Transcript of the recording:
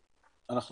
ובאיטליה,